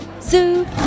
Zoo